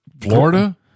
Florida